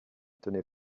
tenait